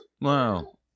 Wow